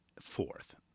fourth